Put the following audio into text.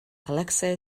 alexei